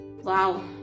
Wow